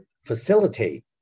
facilitate